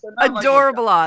Adorable